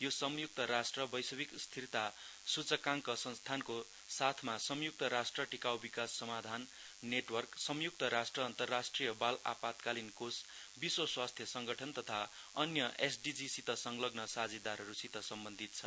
यो संयुक्त राष्ट्र वैश्विक स्थिरता सूचकाङ्क संस्थानको साथमा संयुक्त राष्ट्र टिकाउ विकास समाधान नेटवर्क संयुक्त राष्ट्र अन्तरराष्ट्रिय बाल आपातकालीन कोष विश्व स्वास्थ्य संगठन तथा अन्य एसडीजी सित संलग्न साझेदारहरूसित सम्बन्धित छ